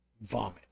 vomit